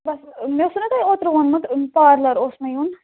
بَس مےٚ اوسوٕ نا تۄہہِ اوترٕ ووٚنمُت پارلَر اوس مےٚ یُن